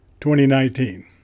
2019